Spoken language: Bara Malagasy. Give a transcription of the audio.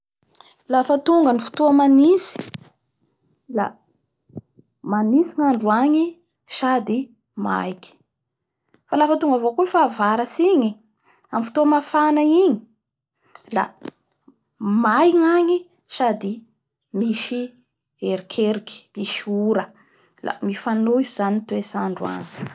Lafa tonga ny fotoa manintsy la manintsy ny andro agny sady maiky. Fa lafa tonga avao koa ny fahavaratsy igny la may gnagny sady misy erikeriky misy ora La mifanohitsy zany ny toetrandro agny.